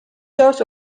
dört